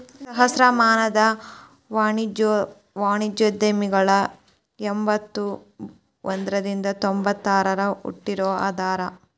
ಸಹಸ್ರಮಾನದ ವಾಣಿಜ್ಯೋದ್ಯಮಿಗಳ ಎಂಬತ್ತ ಒಂದ್ರಿಂದ ತೊಂಬತ್ತ ಆರಗ ಹುಟ್ಟಿದೋರ ಅದಾರ